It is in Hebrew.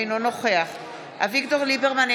אינו נוכח אביגדור ליברמן,